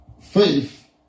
Faith